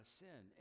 sin